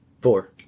four